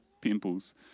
pimples